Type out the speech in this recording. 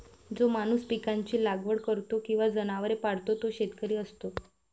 जो माणूस पिकांची लागवड करतो किंवा जनावरे पाळतो तो शेतकरी असतो